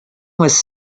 was